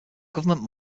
government